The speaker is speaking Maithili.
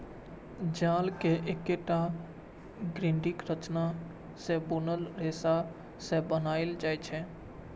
जाल कें एकटा ग्रिडक संरचना मे बुनल रेशा सं बनाएल जाइ छै